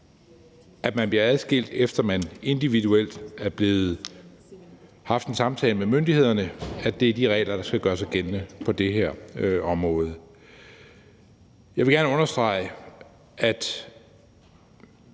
at man bliver adskilt, efter man individuelt har haft en samtale med myndighederne – er dem, der skal gøre sig gældende på det her område. Jeg vil gerne understrege, at